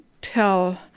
tell